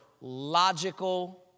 logical